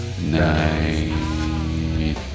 night